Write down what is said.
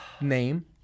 name